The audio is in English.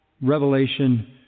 revelation